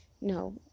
no